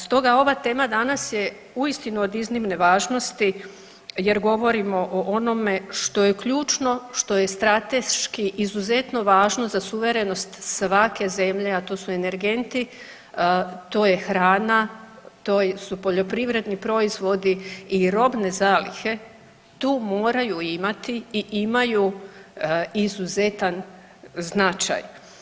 Stoga ova tema danas je uistinu od iznimne važnosti jer govorimo o onome što je ključno, što je strateški izuzetno važno za suverenost svake zemlje, a to su energenti, to je hrana, to su poljoprivredni proizvodi i robne zalihe tu moraju imati i imaju izuzetan značaj.